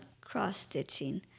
cross-stitching